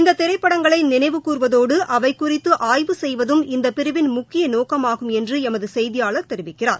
இந்த திரைப்படங்களை நினைவுகூர்வதோடு அவை குறித்து ஆய்வு செய்வதும் இந்த பிரிவின் முக்கிய நோக்கமாகும் என்று எமது செய்தியாளர் தெரிவிக்கிறார்